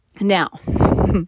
Now